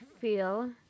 feel